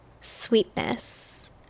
sweetness